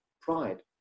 Pride